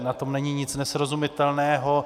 Na tom není nic nesrozumitelného.